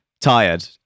tired